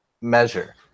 measure